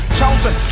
chosen